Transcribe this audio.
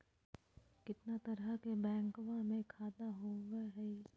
कितना तरह के बैंकवा में खाता होव हई?